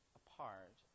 apart